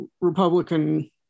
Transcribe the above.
Republican